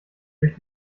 durch